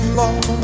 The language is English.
long